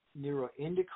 neuroendocrine